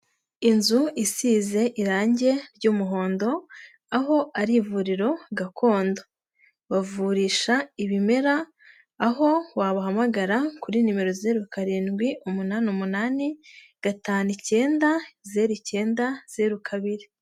Inzu isize irangi ry'umuhondo aho ari ivuriro gakondo, bavurisha ibimera aho wabahamagara kuri nimero zeru karindwi, umunani umunani gatanu icyenda, zeru icyenda zeru kabiri.